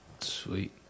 Sweet